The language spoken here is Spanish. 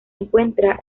encuentra